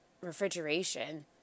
refrigeration